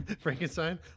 Frankenstein